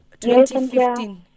2015